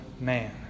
man